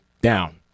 down